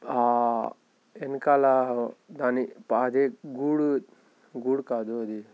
వెనకాల దాని అదే గూడు గూడు కాదు అది